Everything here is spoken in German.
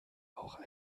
auch